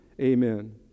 Amen